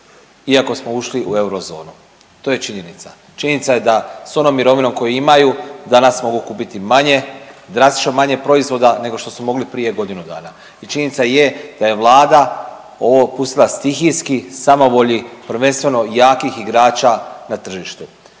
iako smo ušli u Eurozonu, to je činjenica. Činjenica je da s onom mirovinom koju imaju danas mogu kupiti manje, drastično manje proizvoda nego što su mogli prije godinu dana i činjenica je da je Vlada ovo pustila stihijski samovolji prvenstveno jakih igrača na tržištu.